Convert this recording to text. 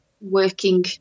working